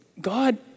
God